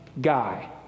guy